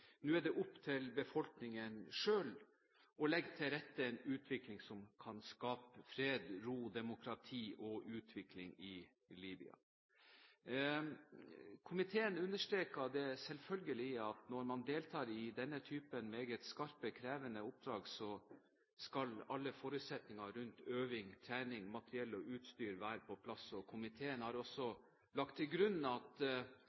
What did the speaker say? nå er opp til befolkningen selv å legge til rette for en utvikling som kan skape fred, ro, demokrati og utvikling i Libya. Komiteen understreker det selvfølgelige i at når man deltar i denne typen meget skarpe og krevende oppdrag, skal alle forutsetninger rundt øving, trening, materiell og utstyr være på plass. Komiteen har også lagt til grunn at